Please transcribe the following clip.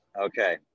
Okay